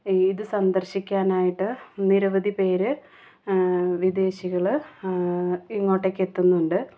ഇത് സന്ദർശിക്കാനായിട്ട് നിരവധി പേർ വിദേശികൾ ഇങ്ങോട്ടേക്ക് എത്തുന്നുണ്ട്